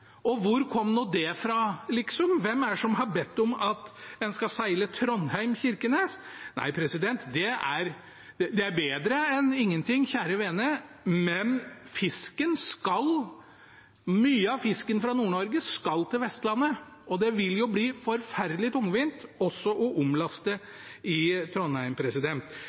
Hvor kom nå det fra, liksom? Hvem er det som har bedt om at en skal seile Trondheim–Kirkenes? Det er bedre enn ingenting, kjære vene, men mye av fisken fra Nord-Norge skal til Vestlandet, og det vil jo bli forferdelig tungvint også å omlaste i Trondheim.